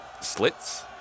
slits